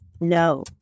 No